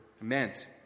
meant